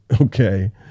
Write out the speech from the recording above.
okay